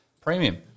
Premium